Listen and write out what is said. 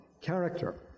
character